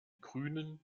grünen